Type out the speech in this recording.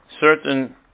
certain